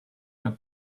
add